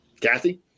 Kathy